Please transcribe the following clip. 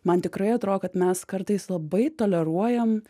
man tikrai atrodo kad mes kartais labai toleruojam